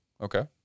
Okay